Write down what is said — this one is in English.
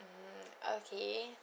mm okay